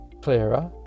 clearer